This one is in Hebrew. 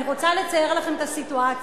אני רוצה לצייר לכם את הסיטואציה: